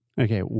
Okay